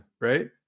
right